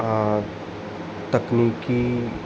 तकनीकी